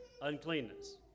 Uncleanness